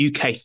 UK